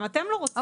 גם אתם לא רוצים.